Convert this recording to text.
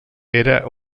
era